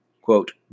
quote